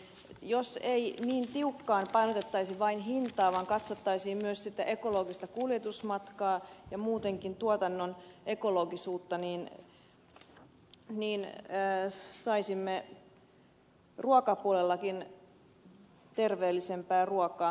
jos ei niin tiukkaan painotettaisi vain hintaa vaan katsottaisiin myös sitä ekologista kuljetusmatkaa ja muutenkin tuotannon ekologisuutta niin saisimme ruokapuolellakin terveellisempää ruokaa